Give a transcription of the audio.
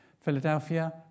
Philadelphia